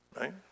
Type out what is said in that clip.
Right